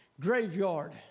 graveyard